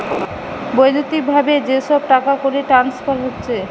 বৈদ্যুতিক ভাবে যে সব টাকাকড়ির ট্রান্সফার হচ্ছে